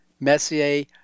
Messier